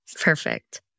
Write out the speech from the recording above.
Perfect